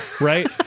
Right